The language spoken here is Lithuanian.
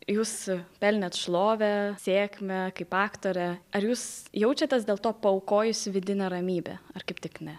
jūs pelnėt šlovę sėkmę kaip aktorė ar jūs jaučiatės dėl to paaukojusi vidinę ramybę ar kaip tik ne